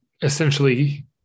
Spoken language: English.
essentially